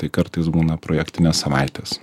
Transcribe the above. tai kartais būna projektinės savaitės